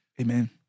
Amen